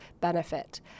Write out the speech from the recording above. benefit